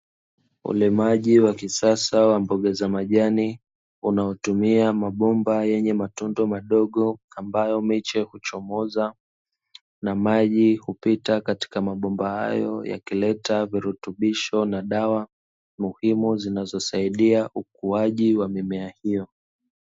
Ulimaji wa kisasa wa mboga za majani, unaotumia mabomba yenye matundu madogo ambayo miche huchomoza na maji hupita katika mabomba hayo, yakileta virutubisho na dawa muhimu zinazosaidia ukuaji wa mimea hiyo.